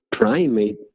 primate